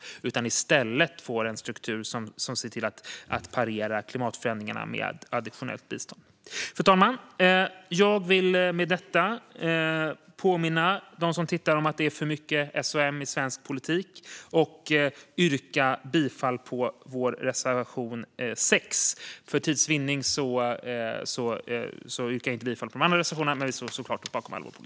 Det handlar i stället om att få en struktur som ser till att parera klimatförändringarna med additionellt bistånd. Fru talman! Jag vill med detta påminna dem som tittar om att det är för mycket S och M i svensk politik. Och jag vill yrka bifall till vår reservation 6. För tids vinning yrkar jag inte bifall till våra andra reservationer, men vi står såklart bakom allihop.